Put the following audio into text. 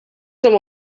some